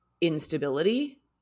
instability